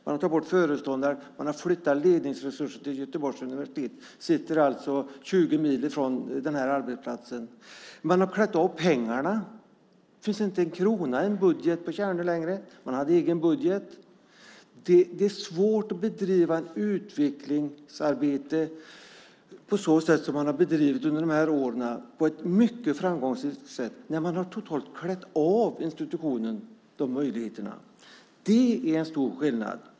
Man har tagit bort föreståndaren och flyttat ledningsresurser till Göteborgs universitet där de alltså sitter 20 mil från arbetsplatsen. Man har klätt av pengarna. Det finns inte en krona i budget på Tjärnö längre. Man hade egen budget. Det är svårt att bedriva ett utvecklingsarbete på det sätt som man har gjort under åren, på ett mycket framgångsrikt sätt, när man totalt har klätt av institutionen de möjligheterna. Det är en stor skillnad.